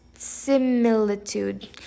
similitude